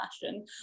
fashion